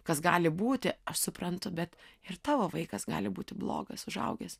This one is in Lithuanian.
kas gali būti aš suprantu bet ir tavo vaikas gali būti blogas užaugęs